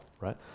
right